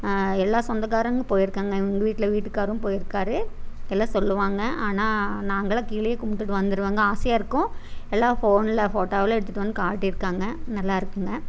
எல்லா சொந்தகாரங்க போய்ருக்காங்க எங்கள் வீட்டில் வீட்டுக்காரும் போய்ருக்காரு எல்லாம் சொல்வாங்க ஆனால் நாங்கள்லாம் கீழேயே கும்பிட்டுட்டு வந்துடுவோங்க ஆசையாயிருக்கும் எல்லாம் ஃபோனில் ஃபோட்டோவில் எடுத்துகிட்டு வந்து காட்டியிருக்காங்க